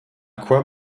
quoi